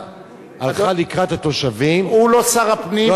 העירייה הלכה לקראת התושבים, הוא לא שר הפנים.